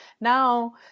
now